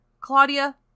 Claudia